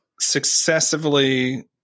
successively